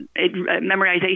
memorization